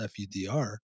FUDR